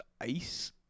ice